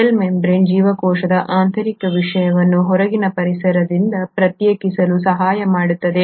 cell membrane ಜೀವಕೋಶದ ಆಂತರಿಕ ವಿಷಯವನ್ನು ಹೊರಗಿನ ಪರಿಸರದಿಂದ ಪ್ರತ್ಯೇಕಿಸಲು ಸಹಾಯ ಮಾಡುತ್ತದೆ